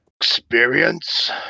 experience